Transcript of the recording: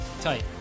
tight